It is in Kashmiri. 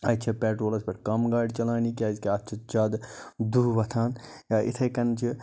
اَسہِ چھےٚ پٮ۪ٹرولَس پٮ۪ٹھ کَم گاڑِ چَلاونہِ کیٛازکہِ اَتھ چھِ زیادٕ دٕہ وۄتھان یا یِتھَے کَن چھِ